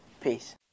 Peace